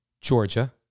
Georgia